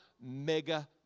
mega